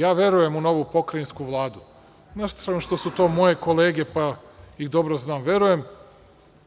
Ja verujem u novu Pokrajinsku vladu, na stranu što su to moje kolege, pa ih dobro znam, verujem